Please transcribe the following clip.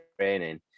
training